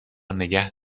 نگه